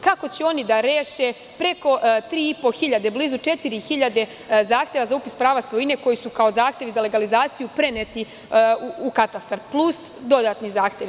Kako će oni da reše preko 3.500, blizu 4.000 zahteva za upis prava svojine koji su kao zahtevi za legalizaciju preneti u katastar, plus dodatni zahtevi?